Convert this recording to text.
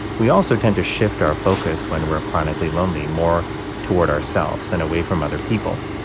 we also tend to shift our focus when we're a chronically lonely more toward ourselves and away from other people.